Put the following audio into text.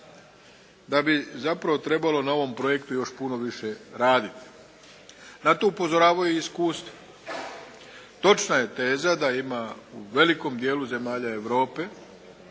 da bi zapravo trebalo na ovom projektu još puno više raditi. Na to upozoravaju i iskustva. Točna je teza da ima u velikom dijelu zemalja Europe